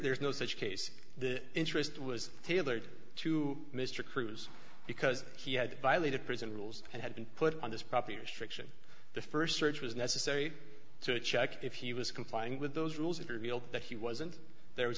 there is no such case the interest was tailored to mr cruz because he had violated prison rules and had been put on this property restriction the first search was necessary to check if he was complying with those rules and revealed that he wasn't there was